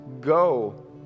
Go